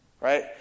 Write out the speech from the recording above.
right